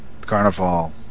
Carnival